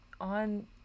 on